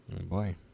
boy